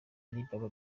alibaba